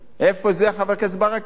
איפה זה, חבר הכנסת ברכה?